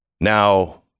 Now